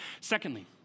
Secondly